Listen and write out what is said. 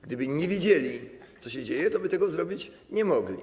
Gdyby nie wiedzieli, co się dzieje, toby tego zrobić nie mogli.